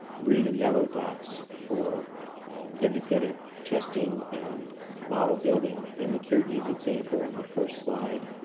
green and yellow dots for independent testing and model building in the kyrgyz example in the first slide.